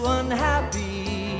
unhappy